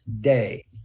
day